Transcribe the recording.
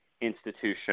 institution